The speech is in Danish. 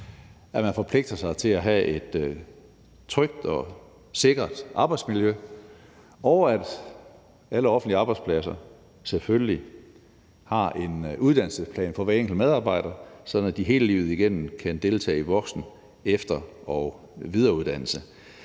at man forpligter sig til at have et trygt og sikkert arbejdsmiljø; og at alle offentlige arbejdspladser selvfølgelig har en uddannelsesplan for hver enkelt medarbejder, sådan at de hele livet igennem kan deltage i voksen-, efter- og videreuddannelse.